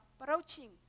approaching